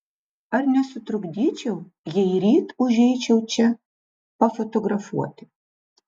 ar nesutrukdyčiau jei ryt užeičiau čia pafotografuoti